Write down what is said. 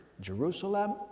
Jerusalem